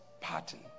pattern